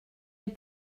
les